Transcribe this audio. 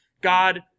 God